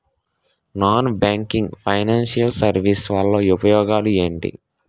Non banking financial services వల్ల ఉపయోగాలు ఎంటి?